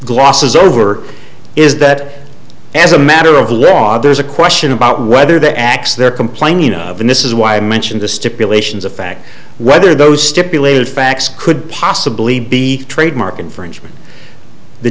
glosses over is that as a matter of law there's a question about whether the acts they're complaining of and this is why i mentioned the stipulations of fact whether those stipulated facts could possibly be trademark infringement the